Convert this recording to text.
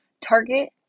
target